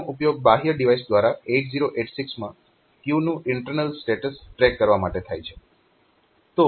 તેનો ઉપયોગ બાહ્ય ડીવાઈસ દ્વારા 8086 માં ક્યુ નું ઇન્ટરનલ સ્ટેટસ ટ્રેક કરવા માટે થાય છે